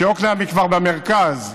שיקנעם היא כבר במרכז.